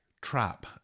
trap